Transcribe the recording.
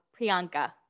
Priyanka